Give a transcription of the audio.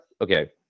okay